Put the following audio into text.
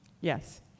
Yes